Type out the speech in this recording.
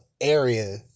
area